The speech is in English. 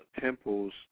temples